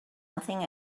nothing